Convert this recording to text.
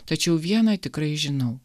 tačiau viena tikrai žinau